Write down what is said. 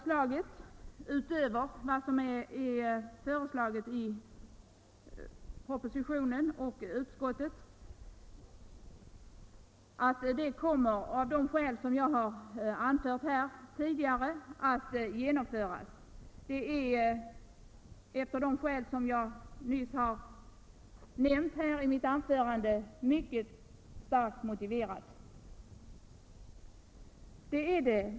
Skälet har jag anfört här tidigare, och jag anser förslaget mycket starkt motiverat.